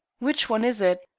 which one is it?